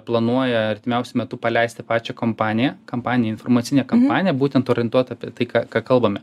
planuoja artimiausiu metu paleisti pačią kompaniją kampaniją informacinę kampaniją būtent orientuotą apie tai ka ką kalbame